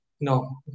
No